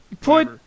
Put